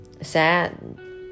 sad